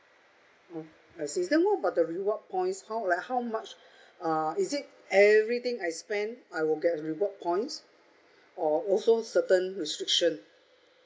mm I see then what about the reward points how like how much uh is it everything I spend I would can get a reward points or also certain restriction